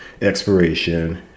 expiration